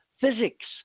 physics